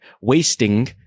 wasting